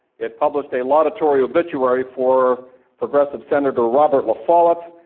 it published a laudatory obituary for progressive senator robert lafollette,